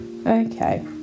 Okay